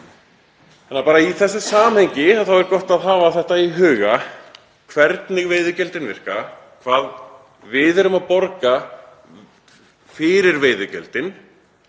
árum. Í þessu samhengi er gott að hafa í huga hvernig veiðigjöldin virka, hvað við erum að borga fyrir veiðigjöldin